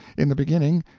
in the beginning,